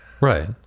Right